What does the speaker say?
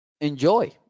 enjoy